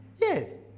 Yes